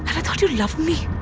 i thought you loved me.